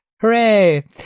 hooray